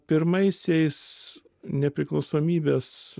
pirmaisiais nepriklausomybės